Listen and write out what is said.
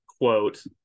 quote